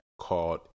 called